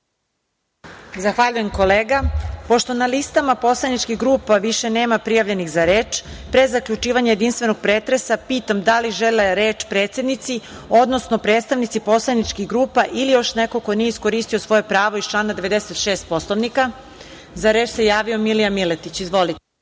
Zahvaljujem, kolega. Pošto na listama poslaničkih grupa više nema prijavljenih za reč, pre zaključivanja jedinstvenog pretresa pitam da li žele reč predsednici, odnosno predstavnici poslaničkih grupa ili još neko ko nije iskoristio svoje pravo iz člana 96. Poslovnika? Za reč je javio Milija Miletić. Izvolite.